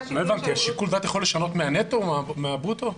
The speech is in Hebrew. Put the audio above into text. השיקול דעת יכול לשנות מהנטו או מהברוטו?